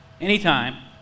anytime